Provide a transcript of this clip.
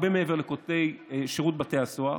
הרבה מעבר לכותלי שירות בתי הסוהר,